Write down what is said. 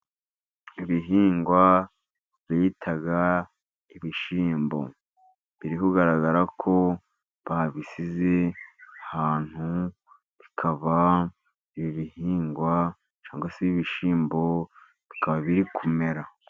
Ibihingwa bita ibishyimbo biri kugaragara ko babisize ahantu, bikaba ibihingwa cyangwa se ibishyimbo bikaba biri kumera.